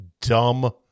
dumb